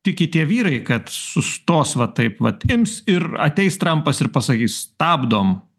tiki tie vyrai kad sustos va taip vat ims ir ateis trampas ir pasakys stabdom